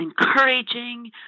encouraging